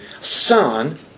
Son